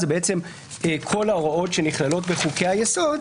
אלה בעצם כל ההוראות שנכללות בחוקי היסוד,